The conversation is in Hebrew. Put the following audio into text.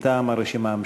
מטעם הרשימה המשותפת.